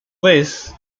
vez